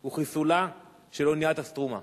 הוא חיסולה של האונייה "סטרומה".